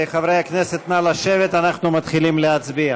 חברי הכנסת, נא לשבת, אנחנו מתחילים להצביע.